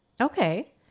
Okay